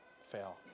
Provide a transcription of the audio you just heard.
fail